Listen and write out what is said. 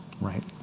right